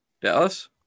Dallas